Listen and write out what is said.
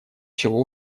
чего